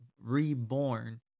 reborn